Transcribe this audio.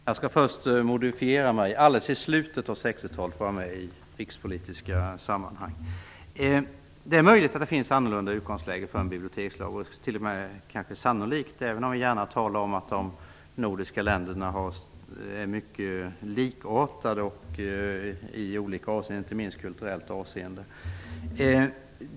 Fru talman! Jag skall först modifiera en sak jag sade tidigare. Alldeles i slutet av 60-talet var jag med i rikspolitiska sammanhang. Det är möjligt, t.o.m. sannolikt, att det finns olika utgångslägen för en bibliotekslag, även om vi gärna talar om att de nordiska länderna är mycket likartade i olika avseenden, inte minst kulturellt avseende.